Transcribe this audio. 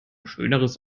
schöneres